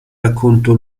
racconto